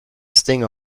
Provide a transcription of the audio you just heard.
sting